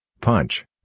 Punch